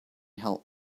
help